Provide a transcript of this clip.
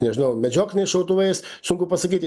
nežinau medžiokliniais šautuvais sunku pasakyti